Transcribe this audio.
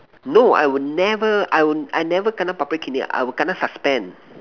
no I will never I will I never kena public caning I will kena suspend